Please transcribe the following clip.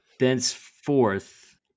Thenceforth